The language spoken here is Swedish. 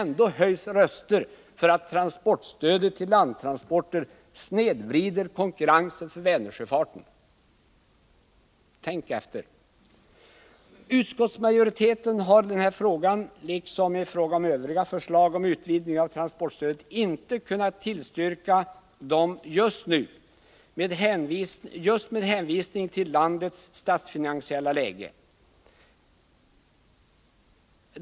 Och ändå hävdar man att transportstödet till landtransporter snedvrider konkurrensen för Vänersjöfarten! Utskottsmajoriteten har när det gäller denna fråga liksom när det gäller övriga frågor om utvidgning av transportstödet inte kunnat tillstyrka de förslag som framförts med hänvisning till landets statsfinansiella läge.